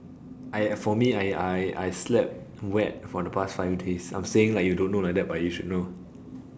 I for me I I I slept wet for the past five days I'm saying like you don't know like that but you should know